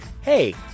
Hey